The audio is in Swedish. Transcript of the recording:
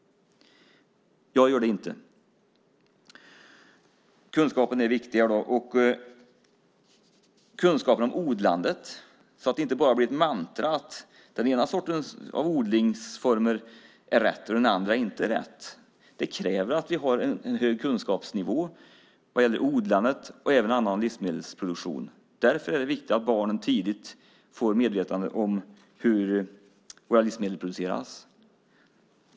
Jag gör det inte. Kunskapen om odlandet är viktig. Det får inte bara bli ett mantra att den ena odlingsformen är rätt och den andra inte är rätt. Det kräver att vi har en hög kunskapsnivå när det gäller odlandet och annan livsmedelsproduktion. Därför är det viktigt att barnen tidigt blir medvetna om hur våra livsmedel produceras.